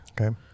Okay